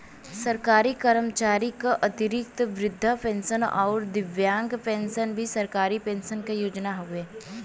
सरकारी कर्मचारी क अतिरिक्त वृद्धा पेंशन आउर दिव्यांग पेंशन भी सरकारी पेंशन क योजना हउवे